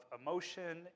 emotion